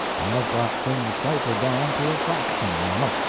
i've got things ciphered down to a fraction now.